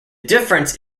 difference